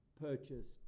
purchased